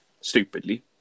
stupidly